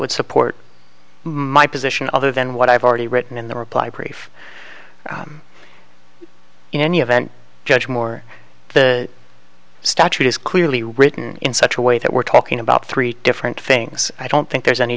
would support my position other than what i've already written in the reply brief in any event judge moore the statute is clearly written in such a way that we're talking about three different things i don't think there's any